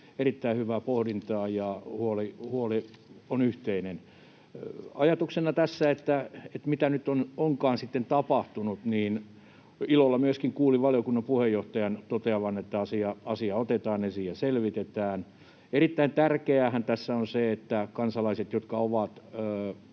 erittäin hyvää pohdintaa, ja huoli on yhteinen. Ajatuksena tästä, mitä nyt onkaan tapahtunut: ilolla kuulin myöskin valiokunnan puheenjohtajan toteavan, että asia otetaan esiin ja selvitetään. Erittäin tärkeäähän tässä on se, että niiden kansalaisten osalta, jotka ovat